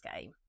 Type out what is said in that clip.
game